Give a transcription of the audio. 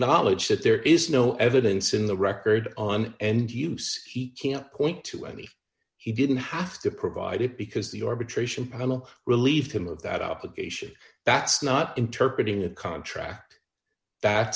knowledge that there is no evidence in the record on end use he can't point to any he didn't have to provide it because the arbitration panel relieved him of that obligation that's not interpreted in a contract that